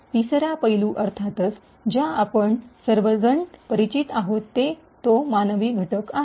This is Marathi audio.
तिसरा पैलू अर्थातच ज्या आपण सर्वजण परिचित आहोत तो मानवी घटक आहे